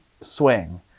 swing